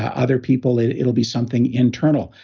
ah other people, it'll be something internal.